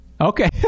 Okay